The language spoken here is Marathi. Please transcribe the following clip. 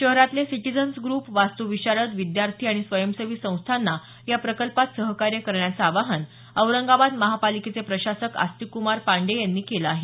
शहरातले सिटीझन्स ग्रुप वास्तु विशारद विद्यार्थी आणि स्वयंसेवी संस्थांना या प्रकल्पात सहकार्य करण्याचं आवाहन औरंगाबाद महापालिकेचे प्रशासक अस्तिक््मार पांडेय यांनी केलं आहे